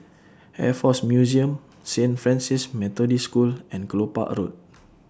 Air Force Museum Saint Francis Methodist School and Kelopak Road